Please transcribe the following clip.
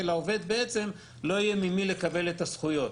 שלעובד לא יהיה ממי לקבל את הזכויות.